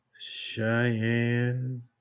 Cheyenne